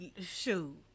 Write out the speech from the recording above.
Shoot